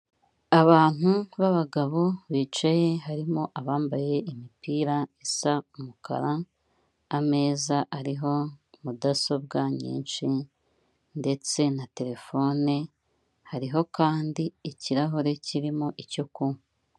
Abantu b'abagabo bicaye harimo abambaye imipira isa umukara, ameza ariho mudasobwa nyinshi ndetse na telefone, hariho kandi ikirahure kirimo icyo kunywa.